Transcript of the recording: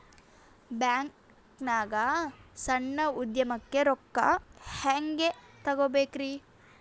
ಬ್ಯಾಂಕ್ನಾಗ ಸಣ್ಣ ಉದ್ಯಮಕ್ಕೆ ರೊಕ್ಕ ಹೆಂಗೆ ತಗೋಬೇಕ್ರಿ?